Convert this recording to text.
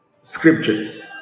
scriptures